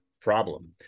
problem